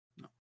No